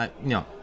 No